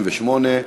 58),